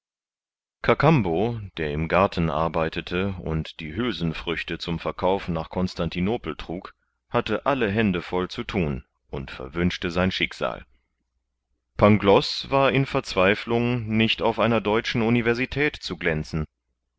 kakambo der im garten arbeitete und die hülsenfrüchte zum verkauf nach konstantinopel trug hatte alle hände voll zu thun und verwünschte sein schicksal pangloß war in verzweiflung nicht auf einer deutschen universität zu glänzen